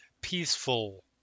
peaceful